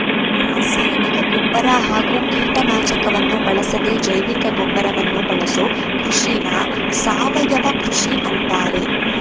ರಾಸಾಯನಿಕ ಗೊಬ್ಬರ ಹಾಗೂ ಕೀಟನಾಶಕವನ್ನು ಬಳಸದೇ ಜೈವಿಕಗೊಬ್ಬರವನ್ನು ಬಳಸೋ ಕೃಷಿನ ಸಾವಯವ ಕೃಷಿ ಅಂತಾರೆ